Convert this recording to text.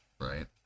right